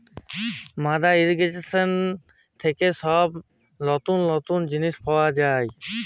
মাদ্দা ইর্রিগেশন থেক্যে সব গুলা লতুল লতুল জিলিস পাওয়া যায়